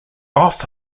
off